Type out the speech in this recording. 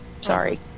Sorry